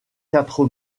quatre